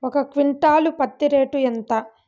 ఒక క్వింటాలు పత్తి రేటు ఎంత?